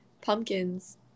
pumpkins